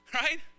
Right